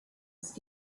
ist